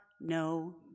no